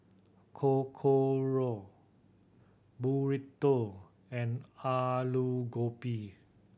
Korokke Burrito and Alu Gobi